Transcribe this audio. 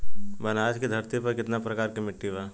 बनारस की धरती पर कितना प्रकार के मिट्टी बा?